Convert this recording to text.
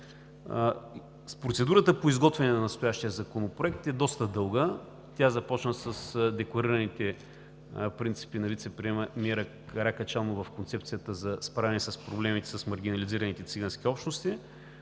Процедурата по изготвяне на настоящия законопроект е доста дълга. Тя започна с декларираните принципи на вицепремиера Каракачанов в Концепцията за справяне с проблемите с маргинализираните цигански общности.